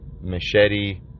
machete